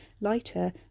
lighter